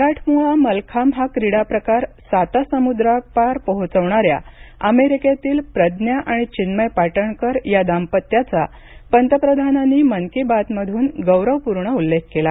मराठमोळा मलखांब हा क्रीडा प्रकार सातासमुद्रापार पोहोचवणाऱ्या अमेरिकेतील प्रज्ञा आणि चिन्मय पाटणकर या दांपत्याचा पंतप्रधानांनी मन की बात मधून गौरवपूर्ण उल्लेख केला